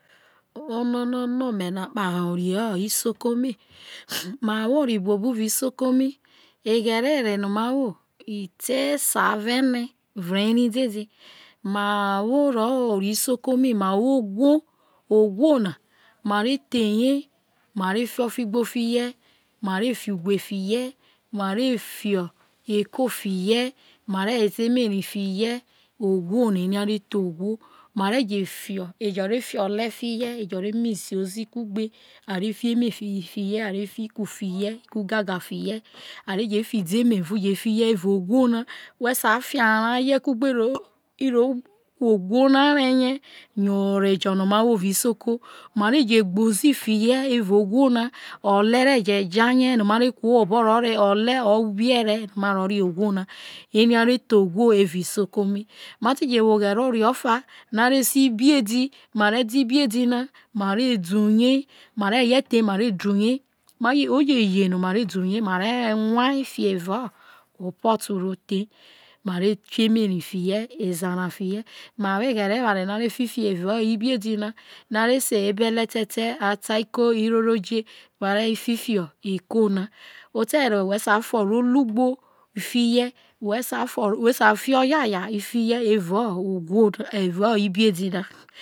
Ono no ono ome na kpaho ore isoko mi, me wo ore buobu evao isoko mi oghere ere no ma wo ite esa aro ene vre eri dede, ma wo roho ore isoko mi ma wo ohwo ohwo na ma re the ye ma re fio ofi gbo fiye ma re fi ugwe fiye ma fio eko fiye ma re woze emeri fiye ogwo na eri are the ogwo mare je fio ejo re fi ole fiye ejo re misi ozi kugbe the are afi emeri fiye are fi oku fiye iku gaga fi ye a je fi idemevu je fiye evao ogwo nai we sa fi are ye kugbe ro iro ku ogwo na reye. Yo ore jo no ma wo evao isoko, mare je gbe ozi fiye evao ogwo na ole re je ja ye no me re kru ho obo ro re ole o ubiere maro re ogwo na, eri are the ogwo evao isoko mi. Ma ti ye wo oghere ore ofa ma re se ibiedi, ma re de ibiedi na mare du ye ma re re ye the ma re du ye oje iye no ma re du ye ma re nwa fi evao opoto ro the mare fi emeri fiye woze ara fiye, ma wo eghere eware no ma re fi fio evao ibiedi na no a re se ebe le tete, atiako iroroje mare fifi iko na, ote were owhe we sai foro dugho fiye we sa we sa fio oyaya fiye evao ugwo od ibiedina